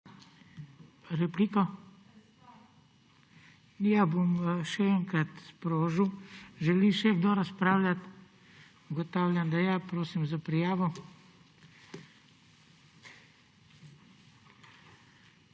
Repliko? (Ne.) Bom še enkrat sprožil. Želi še kdo razpravljati? Ugotavljam, da ja. Prosim za prijavo.